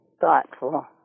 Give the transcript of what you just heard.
thoughtful